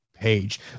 Page